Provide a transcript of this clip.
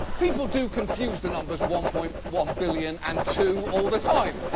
people do confuse the numbers one point one billion and two all the time.